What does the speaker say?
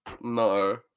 No